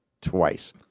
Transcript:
twice